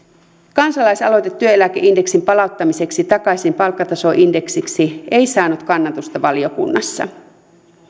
kansalaisaloite työeläkeindeksin palauttamiseksi takaisin palkkatasoindeksiksi ei saanut kannatusta valiokunnassa